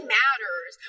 matters